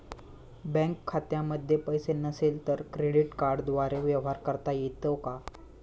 Bank खात्यामध्ये पैसे नसले तरी क्रेडिट कार्डद्वारे व्यवहार करता येतो का?